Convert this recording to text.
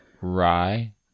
rye